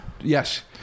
yes